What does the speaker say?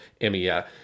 Emiya